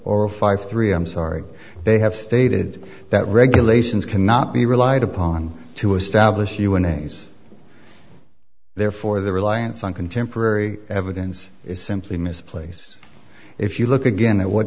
or five three i'm sorry they have stated that regulations cannot be relied upon to establish you winnings therefore the reliance on contemporary evidence is simply mis place if you look again that